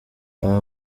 aba